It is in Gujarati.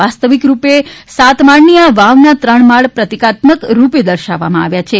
વાસ્તવિક રૂપે સાત માળની આ વાવના ત્રણ માળ પ્રતિકાત્મક રૂપે દર્શાવવામાં આવ્યા છે